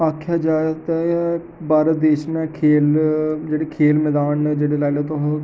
आखेआ जाए ते भारत देश ने खेल जेह्ड़े खेल मैदान न जेह्ड़े लाई लाओ तोहें